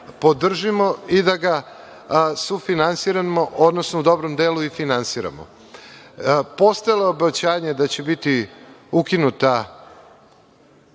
podržimo i da ga sufinansiramo, odnosno u dobrom delu i finansiramo. Postojalo je obećanje da će biti ukinuta